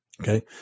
Okay